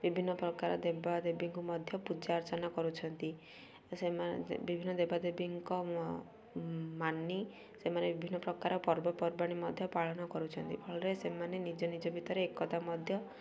ବିଭିନ୍ନ ପ୍ରକାର ଦେବାଦେବୀଙ୍କୁ ମଧ୍ୟ ପୂଜା ଅର୍ଚ୍ଚନା କରୁଛନ୍ତି ସେମାନେ ବିଭିନ୍ନ ଦେବାଦେବୀଙ୍କ ମାନି ସେମାନେ ବିଭିନ୍ନ ପ୍ରକାର ପର୍ବପର୍ବାଣି ମଧ୍ୟ ପାଳନ କରୁଛନ୍ତି ଫଳରେ ସେମାନେ ନିଜ ନିଜ ଭିତରେ ଏକତା ମଧ୍ୟ